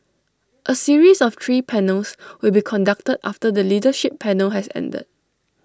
A series of three panels will be conducted after the leadership panel has ended